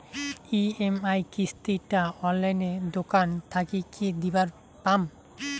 EMI কিস্তি টা অনলাইনে দোকান থাকি কি দিবার পাম?